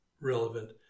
relevant